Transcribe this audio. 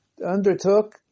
Undertook